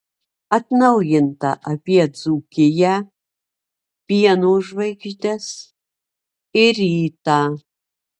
atnaujinta apie dzūkiją pieno žvaigždes ir rytą